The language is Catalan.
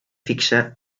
fixar